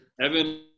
Evan